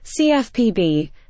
CFPB